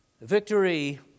Victory